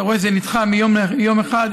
אתה רואה שזה נדחה ביום אחד,